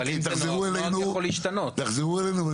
אוקיי, תחזרו אלינו.